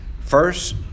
first